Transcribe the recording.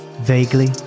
Vaguely